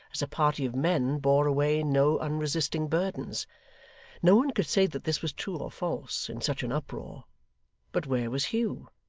as a party of men bore away no unresisting burdens no one could say that this was true or false, in such an uproar but where was hugh?